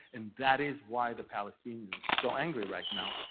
and that is why the palestinians are so angry right now,